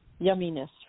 yumminess